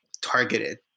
targeted